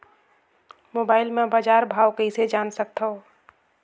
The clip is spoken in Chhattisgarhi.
मोबाइल म बजार भाव कइसे जान सकथव?